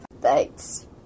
Thanks